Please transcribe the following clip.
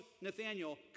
Nathaniel